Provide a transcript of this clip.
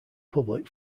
public